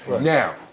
now